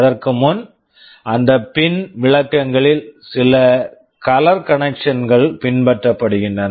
அதற்கு முன் அந்த பின் pin விளக்கங்களில் சில கலர் கன்வென்ஷன்ஸ் color conventions கள் பின்பற்றப்படுகின்றன